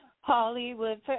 Hollywood